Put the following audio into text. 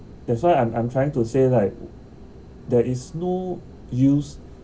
that's why I'm I'm trying to say like there is no use